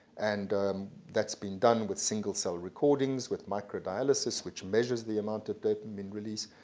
and that's been done with single-cell recordings, with microdialysis which measures the amount of dopamine release.